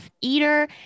Eater